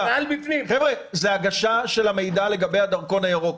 חבר'ה, זה הנגשה של המידע לגבי הדרכון הירוק.